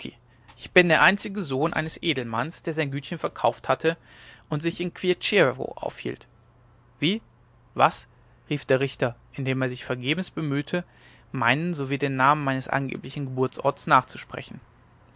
und bin der einzige sohn eines edelmanns der sein gütchen verkauft hatte und sich in kwiecziczewo aufhielt wie was rief der richter indem er sich vergebens bemühte meinen sowie den namen meines angeblichen geburtsortes nachzusprechen